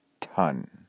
ton